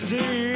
See